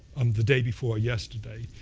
the day before yesterday.